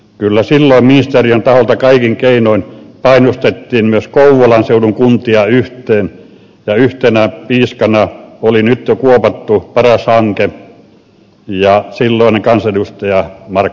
kyllä silloin ministeriön taholta kaikin keinoin painostettiin myös kouvolan seudun kuntia yhteen ja yhtenä piiskana oli nyt jo kuopattu paras hanke ja silloinen kansanedustaja markku laukkanen